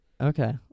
Okay